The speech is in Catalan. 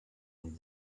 ull